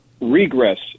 regress